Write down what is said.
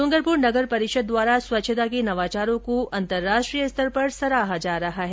डुंगरपुर नगर परिषद द्वारा स्वच्छता के नवाचारों को अंतर्राष्ट्रीय स्तर पर सराहा जा रहा है